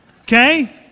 Okay